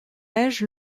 âge